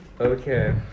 Okay